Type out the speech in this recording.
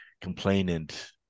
complainant